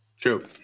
True